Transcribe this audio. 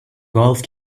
golf